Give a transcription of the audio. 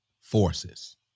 forces